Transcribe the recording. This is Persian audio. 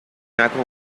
نکن